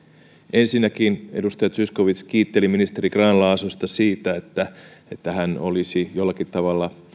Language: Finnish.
ensinnäkin edustaja zyskowicz kiitteli ministeri grahn laasosta siitä että hän olisi jollakin tavalla